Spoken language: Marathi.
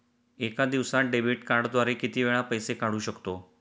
एका दिवसांत डेबिट कार्डद्वारे किती वेळा पैसे काढू शकतो?